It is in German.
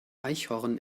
eichhorn